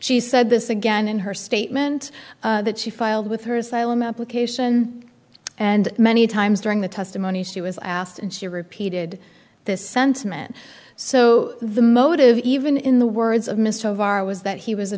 she said this again in her statement that she filed with her asylum application and many times during the testimony she was asked and she repeated this sentiment so the motive even in the words of mr of are was that he was a